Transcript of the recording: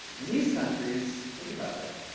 in these countries, think about it,